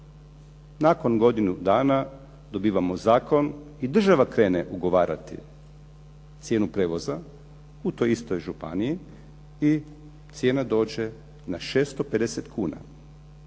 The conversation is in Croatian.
Nakon godinu dana dobivamo zakon i država krene ugovarati cijenu prijevoza u toj istoj županiji i cijena dođe na 650 kuna.